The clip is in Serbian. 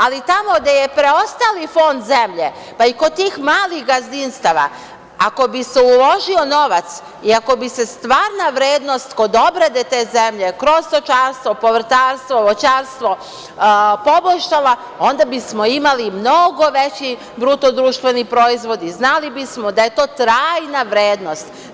Ali, tamo gde je preostali fond zemlje, pa i kod tih malih gazdinstava, ako bi se uložio novac i ako bi se stvarna vrednost kod obrade te zemlje, kroz stočarstvo, povrtarstvo, voćarstvo, poboljšala onda bismo imali mnogo veći BDP i znali bi smo da je to trajna vrednost.